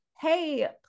hey